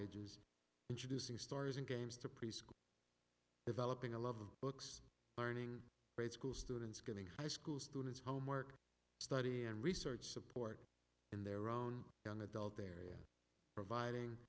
ages introducing stars and games to preschool developing a love of books learning for a school students giving high school students homework study and research support in their own young adult they're providing